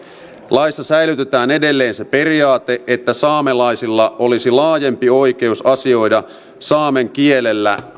laissa säilytetään edelleen se periaate että saamelaisilla olisi laajempi oikeus asioida saamen kielellä